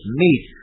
meat